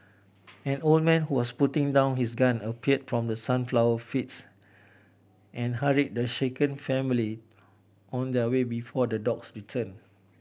an old man who was putting down his gun appeared from the sunflower fields and hurried the shaken family on their way before the dogs return